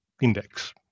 index